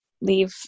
leave